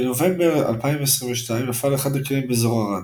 בנובמבר 2022 נפל אחד הכלים באזור ערד,